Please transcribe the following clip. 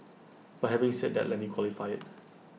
but having said that let me qualify IT